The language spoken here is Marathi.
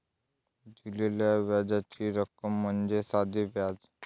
दिलेल्या व्याजाची रक्कम म्हणजे साधे व्याज